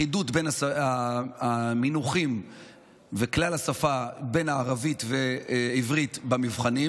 אחידות במונחים בעברית ובערבית במבחנים.